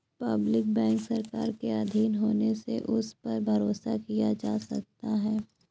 public bank सरकार के आधीन होने से उस पर भरोसा किया जा सकता है